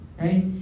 Right